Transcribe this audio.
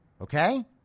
Okay